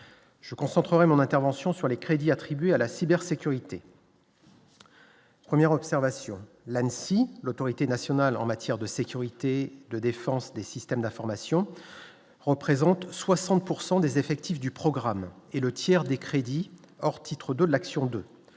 Je concentre mon intervention sur les crédits attribués à la cybersécurité. Premières observations si l'Autorité nationale en matière de sécurité et de défense des systèmes d'information représente 60 pourcent des effectifs du programme et le tiers des crédits, or, titre de l'action de